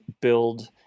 build